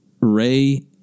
Ray